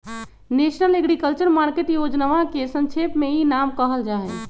national agriculture market योजनवा के संक्षेप में ई नाम कहल जाहई